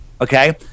okay